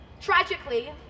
Tragically